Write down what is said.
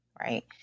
right